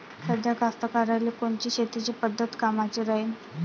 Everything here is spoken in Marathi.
साध्या कास्तकाराइले कोनची शेतीची पद्धत कामाची राहीन?